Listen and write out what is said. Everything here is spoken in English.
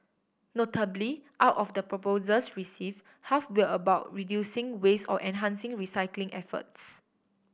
notably out of the proposals receive half where about reducing waste or enhancing recycling efforts